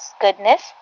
goodness